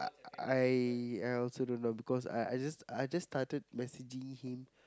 I I also don't know because I I just I just started messaging him